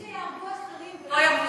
עדיף שיהרגו אחרים, ולא ימותו.